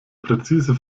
präzise